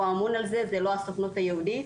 הוא אמון על זה וזה לא הסוכנות היהודית.